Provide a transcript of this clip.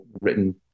written